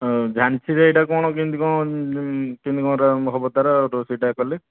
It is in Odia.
କେମିତି କ'ଣ ଅଛି କେମିତି କ'ଣ ହେବ ତାହେଲେ ରୋଷେଇଟା କଲେ